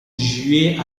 juillet